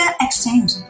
exchange